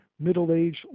middle-aged